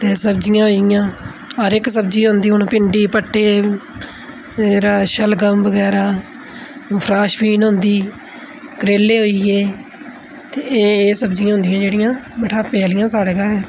ते सब्जियां होई गेइयां हर इक सब्जी होंदी हून भिंडी भट्ठे फिर शलगम बगैरा फ्राशबीन होंदी करेले होई गे ते एह् एह् सब्जियां होदियां जेह्डियां मनाफे आहलियां साढ़े घर